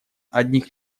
одних